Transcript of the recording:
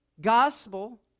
gospel